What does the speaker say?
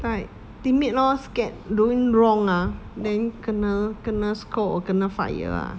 like timid lor scared doing wrong ah then kena kena scold or kena fire lah